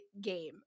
game